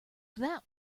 that